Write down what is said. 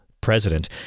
president